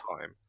time